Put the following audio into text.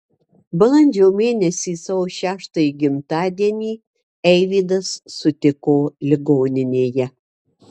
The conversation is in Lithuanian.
balandžio mėnesį savo šeštąjį gimtadienį eivydas sutiko ligoninėje